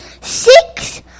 six